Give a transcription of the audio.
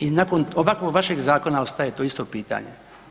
I nakon ovakvog vašeg zakona ostaje to isto pitanje.